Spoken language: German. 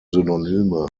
synonyme